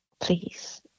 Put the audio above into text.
please